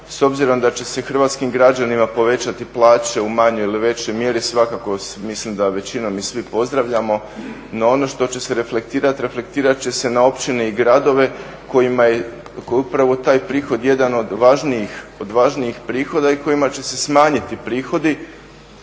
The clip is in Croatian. s obzirom da će se hrvatskim građanima povećati plaće u manjoj ili većoj mjeri, svakako mislim da većina, mi svi pozdravljamo, no ono što će se reflektirati, reflektirati će se na općine i gradove kojima je upravo taj prihod jedan od važnijih prihoda i kojima će se smanjiti prihodi,